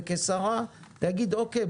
וכשרה להגיד אוקיי,